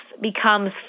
becomes